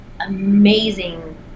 amazing